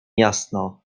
jasno